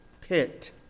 pit